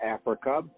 Africa